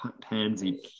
pansy